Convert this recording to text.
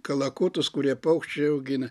kalakutus kurie paukščiai augina